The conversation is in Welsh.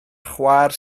chwaer